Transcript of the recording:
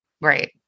Right